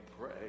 pray